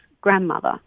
grandmother